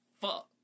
Fuck